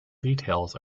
details